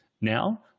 now